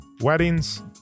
weddings